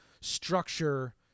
structure